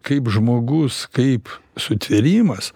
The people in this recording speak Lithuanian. kaip žmogus kaip sutvėrimas